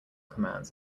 commands